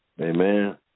Amen